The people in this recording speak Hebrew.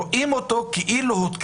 ועצם העובדה שהוועדה,